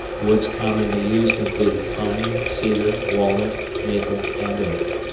woods commonly used included pine, cedar, walnut, maple, and oak.